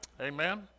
Amen